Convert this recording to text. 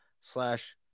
slash